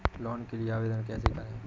Loan के लिए आवेदन कैसे करें?